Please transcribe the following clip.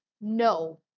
No